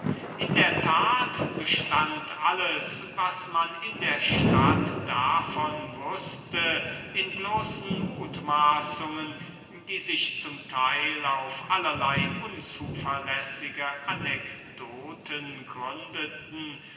in der tat bestund alles was man in der stadt davon wußte in bloßen mutmaßungen die sich zum teil auf allerlei unzuverlässige anekdoten gründeten